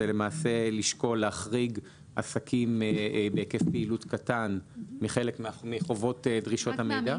זה לשקול החרגה של עסקים בהיקף פעילות קטן מחלק מחובות דרישות המידע.